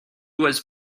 was